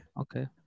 okay